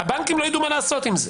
הבנקים לא יידעו מה לעשות עם זה.